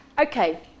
Okay